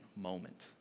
moment